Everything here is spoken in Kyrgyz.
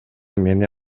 мени